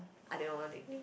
I don't want it